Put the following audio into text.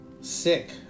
sick